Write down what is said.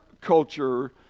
culture